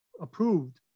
approved